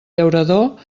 llaurador